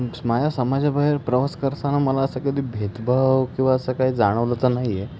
माझ्या समाजाबाहेर प्रवास करताना मला असं कधी भेदभाव किंवा असं काय जाणवलं तर नाही आहे